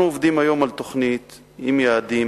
אנחנו עובדים היום על תוכנית עם יעדים,